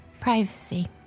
privacy